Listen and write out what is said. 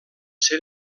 ser